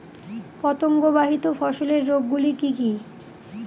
পতঙ্গবাহিত ফসলের রোগ গুলি কি কি?